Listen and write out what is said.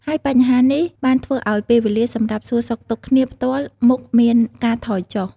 ហើយបញ្ហានេះបានធ្វើឲ្យពេលវេលាសម្រាប់សួរសុខទុក្ខគ្នាផ្ទាល់មុខមានការថយចុះ។